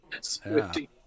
Swifty